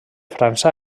frança